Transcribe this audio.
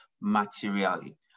materially